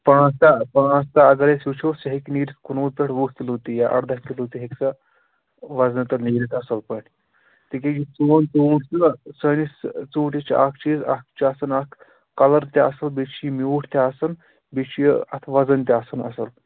پانٛژھ داہ پانٛثھ داہ اگر أسۍ وُچھو سُہ ہیٚکہِ نیٖرِتھ کُنوُہ پیٚٹھ وُہ کِلوٗ یا اَرداہ کُلوٗ تہِ ہیٚکہِ تتھ وزن تتھ نیٖرِتھ اصل پٲٹھۍ تِکیٛازِ یُس سون ژوٗنٛٹھ چُھناہ سأنِس ژوٗنٛٹھِس چھِ اکھ چیٖز اَتھ چھُ آسان اکھ کلر تہِ اَصل بیٚیہِ چھُ یہِ میٛوٗٹھ تہِ آسان بیٚیہِ چھُ یہِ اَتھ وزن تہِ آسان اصٕل